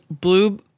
blue